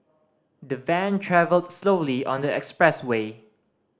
the van travelled slowly on the expressway